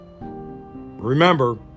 Remember